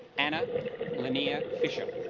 anna linear fisher